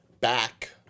back